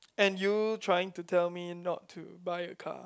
and you trying to tell me not to buy a car